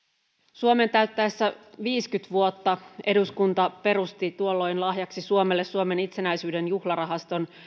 suomen täyttäessä viisikymmentä vuotta eduskunta perusti tuolloin lahjaksi suomelle suomen itsenäisyyden juhlarahaston